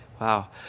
Wow